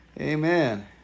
amen